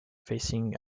facing